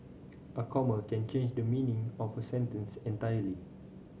a comma can change the meaning of a sentence entirely